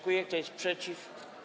Kto jest przeciw?